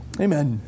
Amen